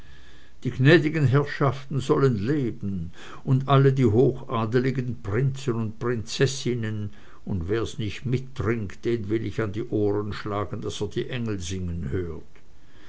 die gnädigen herrschaften sollen leben und alle die hochadeligen prinzen und prinzessinnen und wer's nicht mittrinkt den will ich an die ohren schlagen daß er die engel singen hört